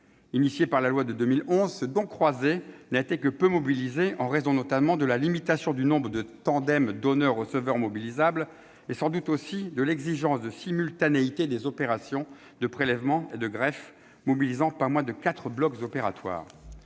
Créé par la loi de 2011, le don croisé n'a été que peu mis en oeuvre, en raison notamment de la limitation du nombre de tandems de donneurs et de receveurs mobilisables, et sans doute aussi du fait de l'exigence de simultanéité des opérations de prélèvement et de greffe, qui requiert non moins de quatre blocs opératoires.